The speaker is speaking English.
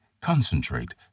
Concentrate